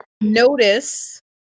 Notice